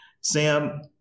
sam